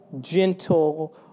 gentle